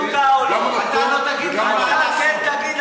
עוד שר מצוין,